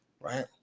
right